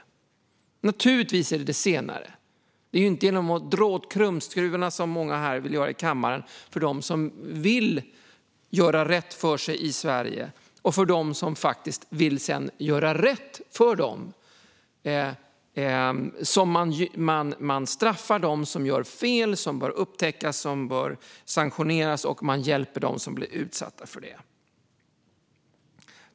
Det är naturligtvis det senare, inte att dra åt tumskruvarna, som många här i kammaren vill göra för dem som vill göra rätt för sig i Sverige och för dem som faktiskt sedan vill göra rätt för dem. Man bör straffa dem som gör fel, som bör upptäckas och som bör sanktioneras, och hjälpa dem som blir utsatta.